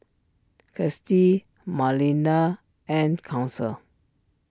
Kirstie Malinda and Council